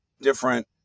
different